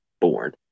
born